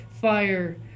Fire